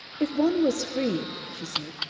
if one was free, she said,